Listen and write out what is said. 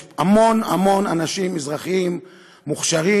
יש המון המון אנשים מזרחים מוכשרים,